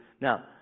now